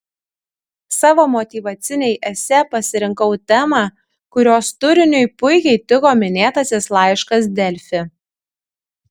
savo motyvacinei esė pasirinkau temą kurios turiniui puikiai tiko minėtasis laiškas delfi